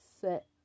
set